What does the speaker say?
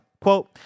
Quote